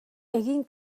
egin